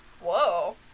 Whoa